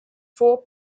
four